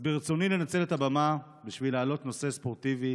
אז ברצוני לנצל את הבמה בשביל להעלות נושא ספורטיבי